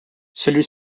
celui